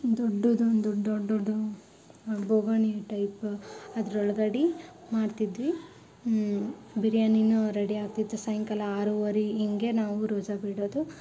ದೊಡ್ಡದೊಂದು ದೊಡ್ಡ ದೊಡ್ಡ ದೊಡ್ಡದು ಬೋಗುಣಿ ಟೈಪ್ ಅದ್ರೊಳ್ಗಡೆ ಮಾಡ್ತಿದ್ವಿ ಬಿರಿಯಾನಿಯೂ ರೆಡಿ ಆಗ್ತಿತ್ತು ಸಾಯಂಕಾಲ ಆರುವರೆ ಹಿಂಗೆ ನಾವು ರೋಝ ಬಿಡೋದು